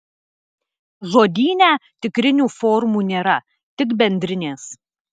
žodyne tikrinių formų nėra tik bendrinės